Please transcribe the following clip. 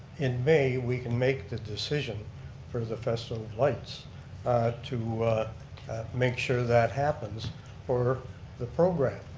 in may, we can make the decision for the festival of lights to make sure that happens for the program.